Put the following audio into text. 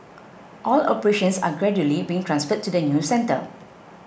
all operations are gradually being transferred to the new centre